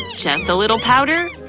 just a little powder,